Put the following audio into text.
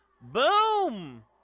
Boom